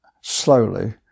slowly